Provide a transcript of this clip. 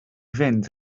fynd